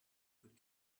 could